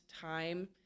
time